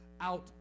out